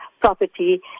property